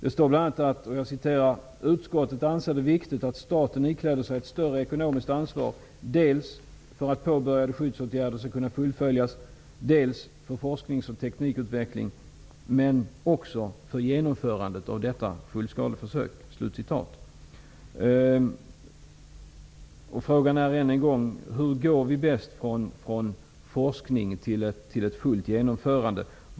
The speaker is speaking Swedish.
I betänkandet står det bl.a.: ''Utskottet anser det därför viktigt att staten ikläder sig ett större ekonomiskt ansvar, dels för att påbörjade skyddsåtgärder skall kunna fullföljas, dels för forsknings och teknikutvecklingsändamål men också för genomförande av detta fullskaleförsök.'' Frågan är än en gång: Hur går vi bäst från forskning till ett genomförande fullt ut?